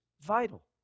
vital